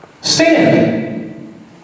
stand